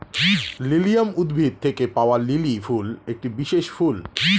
lilium উদ্ভিদ থেকে পাওয়া লিলি ফুল একটি বিশেষ ফুল